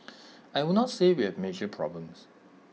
I would not say we have major problems